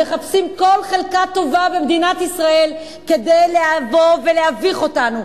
מחפשים כל חלקה טובה במדינת ישראל כדי לבוא ולהביך אותנו,